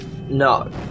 No